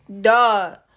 Duh